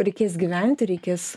reikės gyventi reikės